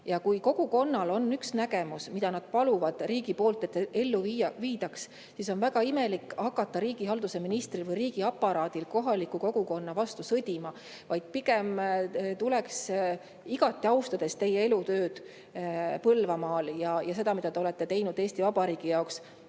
Ja kui kogukonnal on üks nägemus, mida nad paluvad riigilt, et ellu viidaks, siis on väga imelik hakata riigihalduse ministril või riigiaparaadil kohaliku kogukonna vastu sõdima, vaid pigem tuleks – igati austades teie elutööd Põlvamaal ja seda, mida te olete teinud Eesti Vabariigi jaoks